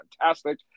fantastic